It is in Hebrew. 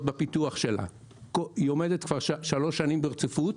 בפיתוח שלה כבר שלוש שנים ברציפות,